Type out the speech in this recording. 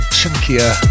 chunkier